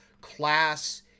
class